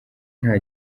nta